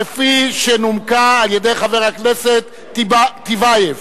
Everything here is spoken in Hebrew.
כפי שנומקה על-ידי חבר הכנסת טיבייב.